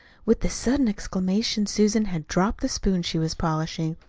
with the sudden exclamation susan had dropped the spoon she was polishing.